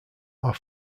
are